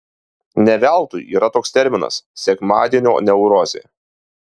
ne veltui yra toks terminas sekmadienio neurozė